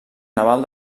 naval